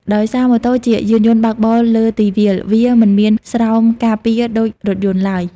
ដោយសារម៉ូតូជាយានយន្តបើកបរលើទីវាល វាមិនមានស្រោមការពារដូចរថយន្តឡើយ។